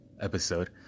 episode